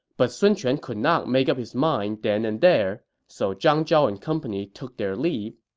but sun quan could not make up his mind then and there, so zhang zhao and company took their leave.